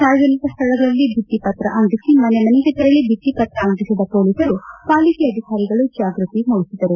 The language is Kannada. ಸಾರ್ವಜನಿಕ ಸ್ಥಳಗಳಲ್ಲಿ ಭಿತ್ತಿಪತ್ರ ಅಂಟಿಸಿ ಮನೆಗೆ ತೆರಳಿ ಭಿತ್ತಿಪತ್ರ ಅಂಟಿಸಿದ ಪೊಲೀಸರು ಪಾಲಿಕೆ ಅಧಿಕಾರಿಗಳು ಜಾಗ್ಬತಿ ಮೂಡಿಸಿದರು